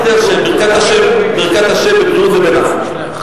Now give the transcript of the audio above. ברכת השם בבריאות ובנחת.